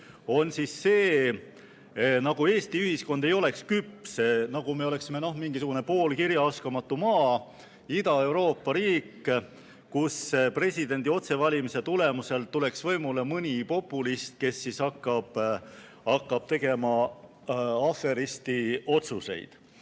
–, nagu Eesti ühiskond ei oleks küps, nagu me oleksime mingisugune poolkirjaoskamatu maa, Ida‑Euroopa riik, kus presidendi otsevalimise tulemusel tuleks võimule mõni populist, kes siis hakkab tegema aferisti otsuseid.